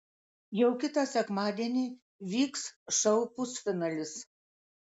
jau kitą sekmadienį vyks šou pusfinalis